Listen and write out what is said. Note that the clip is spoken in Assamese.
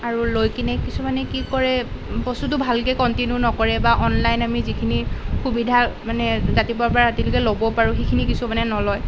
আৰু লৈ কিনি কিছুমানে কি কৰে বস্তুটো ভালকে কণ্টিনিউ নকৰে বা অনলাইন আমি যিখিনি সুবিধা মানে ৰাতিপুৱাৰ পৰা ৰাতিলৈকে ল'ব পাৰোঁ সেইখিনি কিছুমানে নলয়